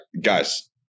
guys